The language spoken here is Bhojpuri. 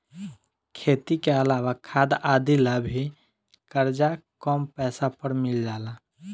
खेती के अलावा खाद आदि ला भी करजा कम पैसा पर मिल जाला